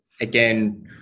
Again